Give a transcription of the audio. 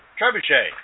trebuchet